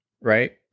right